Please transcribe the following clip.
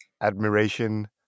admiration